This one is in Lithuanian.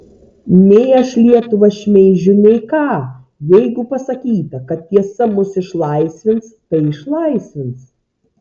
nei aš lietuvą šmeižiu nei ką jeigu pasakyta kad tiesa mus išlaisvins tai išlaisvins